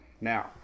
Now